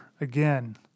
again